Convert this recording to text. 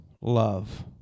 love